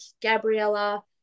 Gabriella